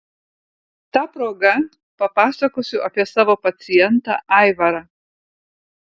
ta proga papasakosiu apie savo pacientą aivarą